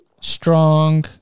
Strong